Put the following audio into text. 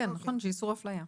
איסור אפליה.